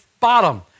bottom